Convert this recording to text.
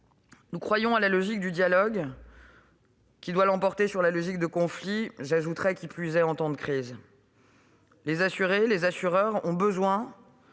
croit à la logique du dialogue, qui doit l'emporter sur la logique du conflit, qui plus est en temps de crise. Les assurés et les assureurs ont besoin